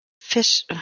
Fish